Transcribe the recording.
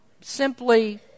simply